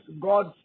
God